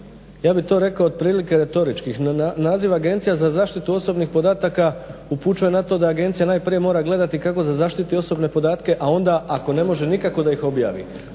ja bih to rekao otprilike retoričkih, naziv Agencija za zaštitu osobnih podataka upućuje na to da agencija najprije mora gledati kako da zaštiti osobne podatke, a onda ako ne može nikako da ih objavi.